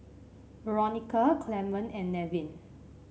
Veronica Clemon and Nevin